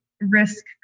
risk